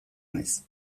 naiz